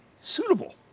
suitable